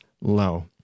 low